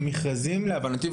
המכרזים להבנתי,